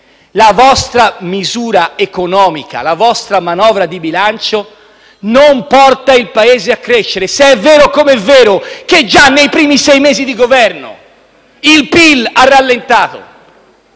La vostra misura economica, la vostra manovra di bilancio non portano il Paese a crescere, se è vero come è vero che già nei primi sei mesi di Governo il PIL ha rallentato